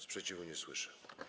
Sprzeciwu nie słyszę.